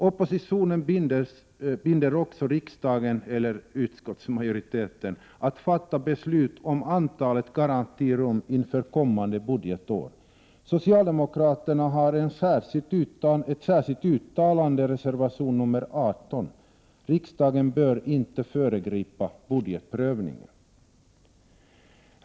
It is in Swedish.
Oppositionen binder också riksdagen, dvs. utskottsmajoriteten, att fatta beslut om antalet garantirum inför kommande budgetår. Socialdemokraterna anför i reservation nr 18 att riksdagen inte bör föregripa budgetprövningen.